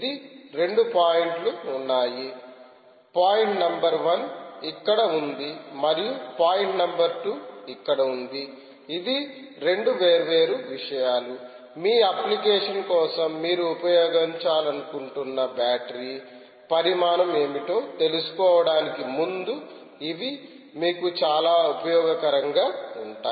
ఇది రెండు పాయింట్లు ఉన్నాయి పాయింట్ నంబర్ వన్ ఇక్కడ ఉంది మరియు పాయింట్ నంబర్ టూ ఇక్కడ ఉంది ఇవి రెండు వేర్వేరు విషయాలు మీ అప్లికేషన్ కోసం మీరు ఉపయోగించాలనుకుంటున్న బ్యాటరీ పరిమాణం ఏమిటో తెలుసుకోవడానికి ముందు ఇవి మీకు చాలా ఉపయోగకరంగా ఉంటాయి